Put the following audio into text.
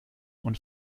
und